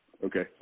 Okay